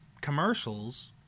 commercials